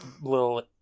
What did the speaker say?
little